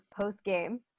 post-game